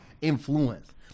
influence